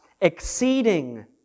exceeding